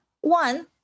one